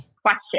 question